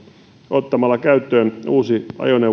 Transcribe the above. ottamalla käyttöön uusi